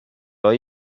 های